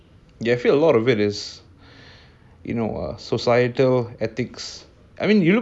ya I feel a lot of it is like you know societal ethics I mean cause you look